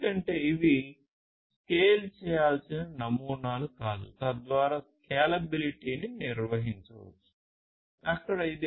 ఎందుకంటే ఇవి స్కేల్ చేయాల్సిన నమూనాలు కాదు తద్వారా స్కేలబిలిటీని నిర్వహించవచ్చు